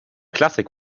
klassik